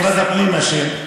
משרד הפנים אשם.